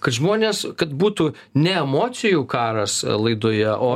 kad žmonės kad būtų ne emocijų karas laidoje o